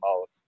out